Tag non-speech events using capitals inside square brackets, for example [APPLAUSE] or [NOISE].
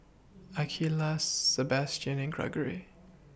Akeelah Sabastian and Greggory [NOISE]